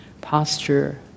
posture